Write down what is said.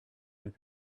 had